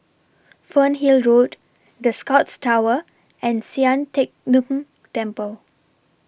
Fernhill Road The Scotts Tower and Sian Teck Tng Temple